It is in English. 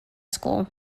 school